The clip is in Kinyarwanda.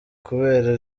kubera